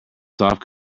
soft